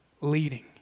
leading